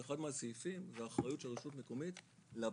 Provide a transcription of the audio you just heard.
אחד מהסעיפים זה האחריות של רשות מקומית לבנייה,